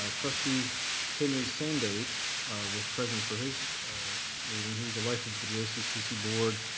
ah trustee henry sandate was present for his meeting, he was elected to the jccc board,